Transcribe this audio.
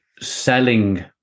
selling